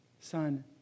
Son